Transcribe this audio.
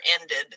ended